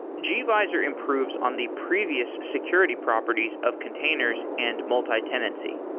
gvisor improves on the previous security properties of containers and multitenancy.